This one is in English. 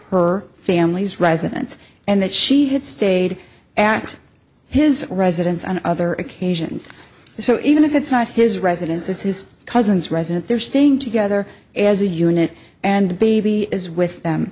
her family's residence and that she had stayed at his residence on other occasions so even if it's not his residence it's his cousin's resident they're staying together as a unit and the baby is with them